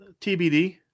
TBD